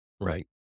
Right